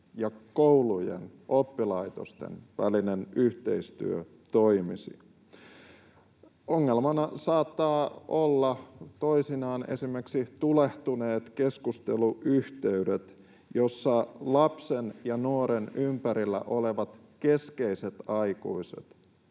ja koulujen tai oppilaitosten välinen yhteistyö toimisi. Ongelmana saattaa olla toisinaan esimerkiksi tulehtuneet keskusteluyhteydet, jolloin lapsen ja nuoren ympärillä olevat keskeiset aikuiset